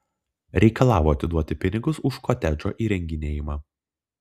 reikalavo atiduoti pinigus už kotedžo įrenginėjimą